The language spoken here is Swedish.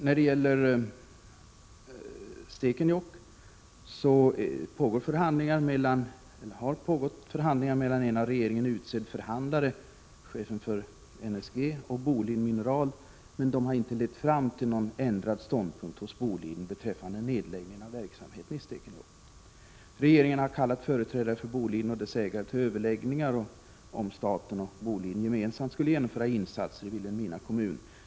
När det gäller Stekenjokk har det pågått förhandlingar mellan en av regeringen utsedd förhandlare, chefen för NSG, och Boliden Mineral, men de har inte lett fram till ändrad ståndpunkt hos Boliden beträffande nedläggning av verksamheten vid Stekenjokk. Regeringen har kallat företrädare för Boliden och dess ägare till överläggningar ”om huruvida” staten och Boliden gemensamt skulle genomföra insatser i Vilhelmina kommun.